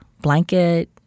blanket